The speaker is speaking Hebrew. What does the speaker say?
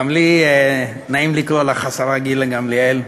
גם לי נעים לקרוא לך השרה גילה גמליאל,